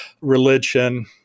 religion